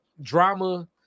drama